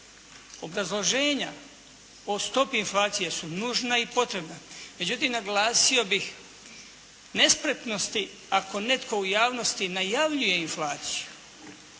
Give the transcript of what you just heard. obrazloženja po stopi inflacija su nužna i potrebna. Međutim, naglasio bih nespretnosti ako netko u javnosti najavljuje inflaciju